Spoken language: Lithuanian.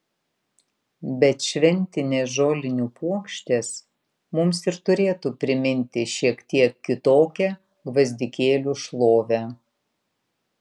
bet šventinės žolinių puokštės mums ir turėtų priminti šiek tiek kitokią gvazdikėlių šlovę